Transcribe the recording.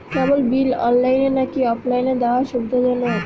কেবল bill অনলাইনে নাকি অফলাইনে দেওয়া সুবিধাজনক?